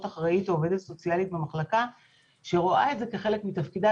אחראית או עובדת סוציאלית במחלקה שרואה את זה כחלק מתפקידה.